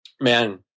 man